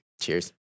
Cheers